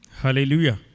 Hallelujah